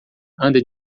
anda